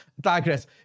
digress